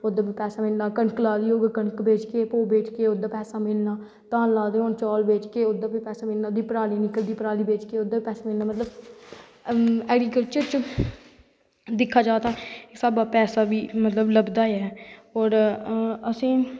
ओह्दै नै पैसा मिलना कनक लादी होग तां ओह् बेचगे ओह्दा पैसा मिलनां धान लादें होंगन उध्दर बी पैसा मिलना पराली निकलनी पराली बेचगे ओह्दा बी पैसा मिलनां ऐग्रीतल्चर च दिक्खा जाए तां पैसा बी लब्भदा ऐ और असैं